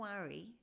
worry